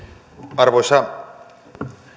arvoisa